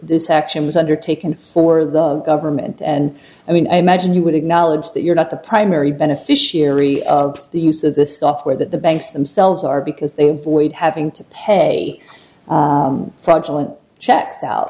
this action was undertaken for the government and i mean i imagine you would acknowledge that you're not the primary beneficiary of the use of the software that the banks themselves are because they've weighed having to pay checks out